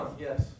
Yes